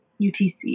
UTC